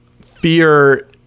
fear